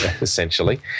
essentially